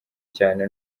cyane